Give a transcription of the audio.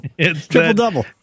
Triple-double